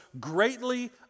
greatly